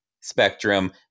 spectrum